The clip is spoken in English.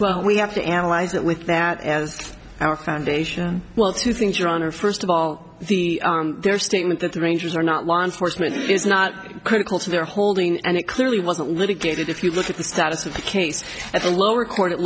well we have to analyze that with that as our foundation well two things your honor first of all the their statement that the rangers are not law enforcement is not critical to their holding and it clearly wasn't litigated if you look at the status of the case at the lower court it